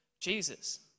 Jesus